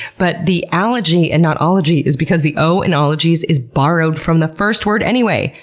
but the alogy and not ology is because the o in ologies is borrowed from the first word anyway!